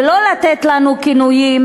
ולא לתת לנו כינויים,